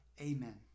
Amen